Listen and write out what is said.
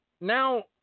Now